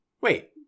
Wait